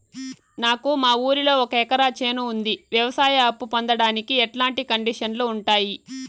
నాకు మా ఊరిలో ఒక ఎకరా చేను ఉంది, వ్యవసాయ అప్ఫు పొందడానికి ఎట్లాంటి కండిషన్లు ఉంటాయి?